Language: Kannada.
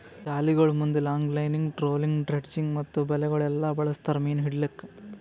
ಜಾಲಿಗೊಳ್ ಮುಂದ್ ಲಾಂಗ್ಲೈನಿಂಗ್, ಟ್ರೋಲಿಂಗ್, ಡ್ರೆಡ್ಜಿಂಗ್ ಮತ್ತ ಬಲೆಗೊಳ್ ಎಲ್ಲಾ ಬಳಸ್ತಾರ್ ಮೀನು ಹಿಡಿಲುಕ್